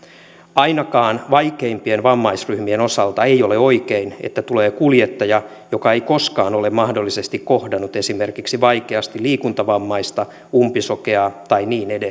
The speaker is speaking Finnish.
ainakaan vaikeimpien vammaisryhmien osalta ei ole oikein että tulee kuljettaja joka ei koskaan ole mahdollisesti kohdannut esimerkiksi vaikeasti liikuntavammaista umpisokeaa tai niin